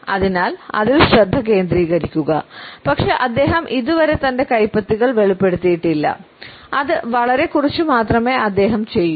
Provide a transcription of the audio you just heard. അതിനാൽ അതിൽ ശ്രദ്ധ കേന്ദ്രീകരിക്കുക പക്ഷേ അദ്ദേഹം ഇതുവരെ തന്റെ കൈപ്പത്തികൾ വെളിപ്പെടുത്തിയിട്ടില്ല അത് വളരെ കുറച്ച് മാത്രമേ അദ്ദേഹം ചെയ്യൂ